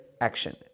action